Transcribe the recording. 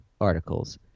articles